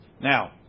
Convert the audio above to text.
Now